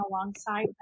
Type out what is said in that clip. alongside